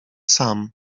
sam